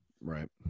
right